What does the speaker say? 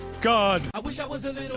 god